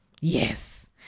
Yes